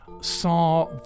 saw